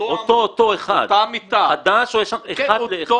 ואותה המיטה --- אותו אחד.